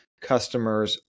customers